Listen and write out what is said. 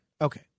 Okay